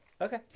Okay